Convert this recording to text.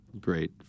Great